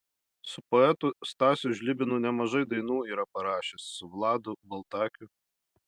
su poetu stasiu žlibinu nemažai dainų yra parašęs su vladu baltakiu